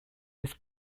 his